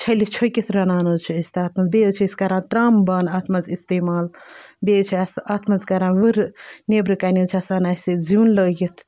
چھٔلِتھ چھٔکِتھ رَنان حظ چھِ أسۍ تَتھ منٛز بیٚیہِ حظ چھِ أسۍ کَران ترٛاموٗ بانہٕ اَتھ منٛز استعمال بیٚیہِ حظ چھِ اَسہِ اَتھ منٛز کَران ؤرٕ نٮ۪برٕکَنۍ حظ چھِ آسان اَسہِ زیُٚن لٲگِتھ